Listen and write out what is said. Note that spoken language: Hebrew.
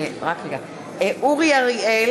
(קוראת בשמות חברי הכנסת) אורי אריאל,